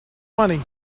money